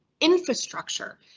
infrastructure